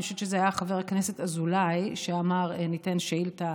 אני חושבת שזה היה חבר הכנסת אזולאי שאמר: ניתן שאילתה